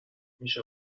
میشه